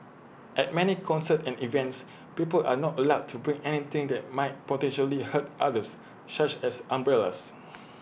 at many concerts and events people are not allowed to bring anything that might potentially hurt others such as umbrellas